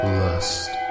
lust